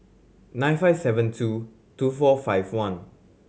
nine five seven two two four five one